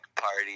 party